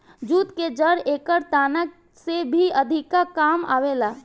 jute के जड़ एकर तना से भी अधिका काम आवेला